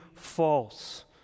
false